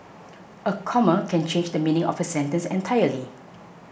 a comma can change the meaning of a sentence entirely